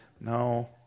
no